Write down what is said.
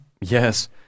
Yes